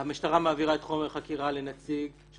במציאות המשטרה מעבירה את חומר החקירה לנציג של